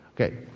Okay